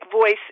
voice